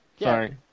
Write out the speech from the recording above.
Sorry